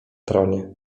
tronie